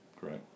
Correct